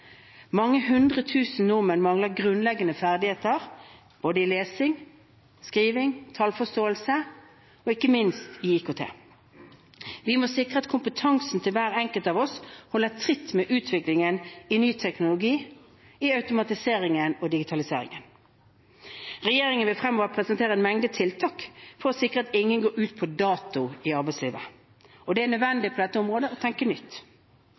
Mange hundre tusen nordmenn mangler grunnleggende ferdigheter i både lesing, skriving, tallforståelse og ikke minst IKT. Vi må sikre at kompetansen til hver enkelt av oss holder tritt med utviklingen i ny teknologi, i automatiseringen og i digitaliseringen. Regjeringen vil fremover presentere en mengde tiltak for å sikre at ingen går ut på dato i arbeidslivet. Det er nødvendig å tenke nytt